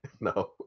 No